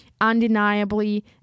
undeniably